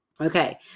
Okay